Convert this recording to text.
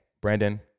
Brandon